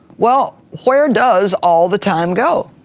well, where does all the time go?